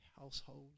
household